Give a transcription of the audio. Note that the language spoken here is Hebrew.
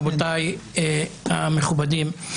רבותיי המכובדים,